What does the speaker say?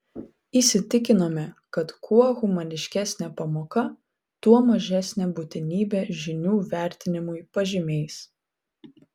įsitikinome kad kuo humaniškesnė pamoka tuo mažesnė būtinybė žinių vertinimui pažymiais